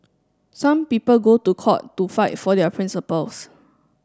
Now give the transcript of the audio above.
some people go to court to fight for their principles